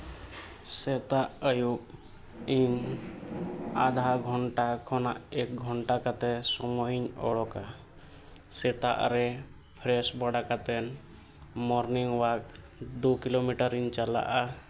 ᱥᱮᱛᱟᱜ ᱟᱹᱭᱩᱵ ᱤᱧ ᱟᱫᱷᱟ ᱜᱷᱚᱱᱴᱟ ᱠᱷᱚᱱᱟᱜ ᱮᱠ ᱜᱷᱚᱱᱴᱟ ᱠᱟᱛᱮᱫ ᱥᱚᱢᱚᱭᱤᱧ ᱚᱰᱳᱠᱟ ᱥᱮᱛᱟᱜ ᱨᱮ ᱯᱷᱨᱮᱹᱥ ᱵᱟᱲᱟ ᱠᱟᱛᱮᱫ ᱢᱚᱨᱱᱤᱝ ᱚᱣᱟᱨᱠ ᱫᱩ ᱠᱤᱞᱳᱢᱤᱴᱟᱨᱤᱧ ᱪᱟᱞᱟᱜᱼᱟ